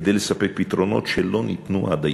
כדי לספק פתרונות שלא ניתנו עד היום.